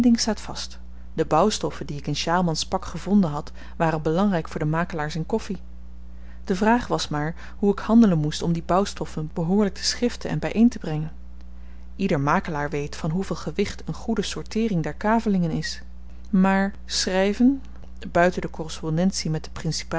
vast de bouwstoffen die ik in sjaalman's pak gevonden had waren belangryk voor de makelaars in koffi de vraag was maar hoe ik handelen moest om die bouwstoffen behoorlyk te schiften en by een te brengen ieder makelaar weet van hoeveel gewicht een goede sorteering der kavelingen is maar schryven buiten de korrespondentie met de